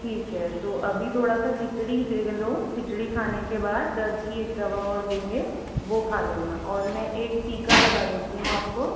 ठीक है तो अभी थोड़ा सा खिचड़ी ले लो खिचड़ी खाने के बाद दर्द की एक दवा और देंगे वो खा लेना और मैं एक टीका लगा देती हूँ आपको